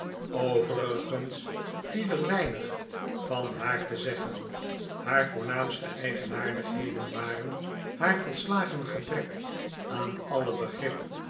overigens viel er weinig van haar te zeggen haar voornaamste eigenaardigheden waren haar volslagen gebrek aan alle begrip